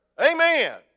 Amen